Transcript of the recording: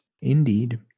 Indeed